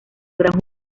gran